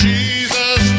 Jesus